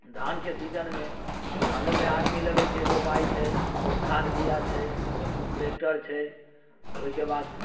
धानके सीजनमे धानोमे आदमी लगै छै रोपाय छै खाद बीया छै ट्रैक्टर छै ओइके बाद